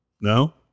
No